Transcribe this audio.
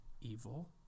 evil